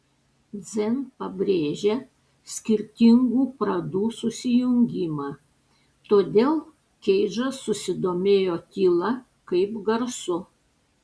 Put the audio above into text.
dzen pabrėžia skirtingų pradų susijungimą todėl keidžas susidomėjo tyla kaip garsu